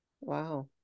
Wow